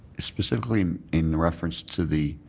specifically in reference to the